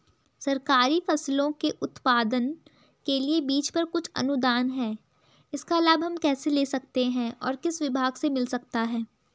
सरकारी फसलों के उत्पादन के लिए बीज पर कुछ अनुदान है इसका लाभ हम कैसे ले सकते हैं और किस विभाग से मिल सकता है?